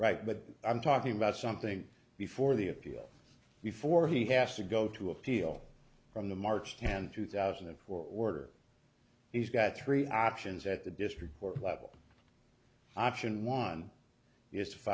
right but i'm talking about something before the appeal before he has to go to appeal from the march tenth two thousand and four order he's got three options at the district court level option one